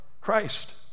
Christ